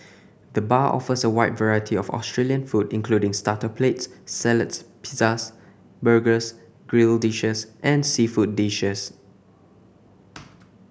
the bar offers a wide variety of Australian food including starter plates salads pizzas burgers grill dishes and seafood dishes